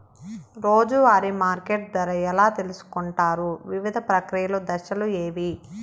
రోజూ వారి మార్కెట్ ధర ఎలా తెలుసుకొంటారు వివిధ ప్రక్రియలు దశలు ఏవి?